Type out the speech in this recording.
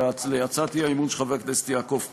להצעת האי-אמון של חבר הכנסת יעקב פרי.